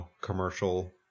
commercial